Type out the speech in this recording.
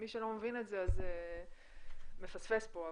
ומי שלא מבין את זה מפספס פה,